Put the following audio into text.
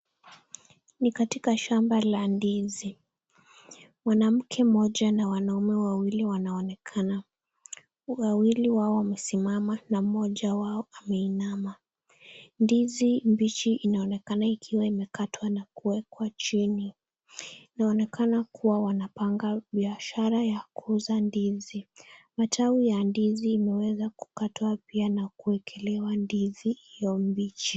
Ni katika shamba la ndizi. Mwanamke mmoja na wanaume wawili wanaonekana. Wawili wao wamesimama na mmoja wa ameinama. Ndizi mbichi inaonekana ikiwa imekatwa na kuwekwa chini. Inaonekana kuwa wanapanga biashara ya kuuza ndizi. Matawi ya ndizi imewezwa kukatwa na kuwekelewa ndizi hiyo mbichi.